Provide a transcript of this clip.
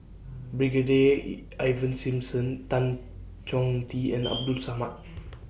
Brigadier E Ivan Simson Tan Chong Tee and Abdul Samad